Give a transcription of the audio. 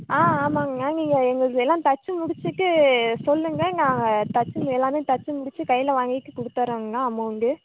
ஆ ஆமாங்கணா நீங்கள் எங்களுது எல்லாம் தச்சு முடிச்சிவிட்டு சொல்லுங்கள் நாங்கள் தைச்சது எல்லாமே தச்சு முடிச்சு கையில வாங்கிகிட்டு கொடுத்துறோங்ணா அமௌண்டு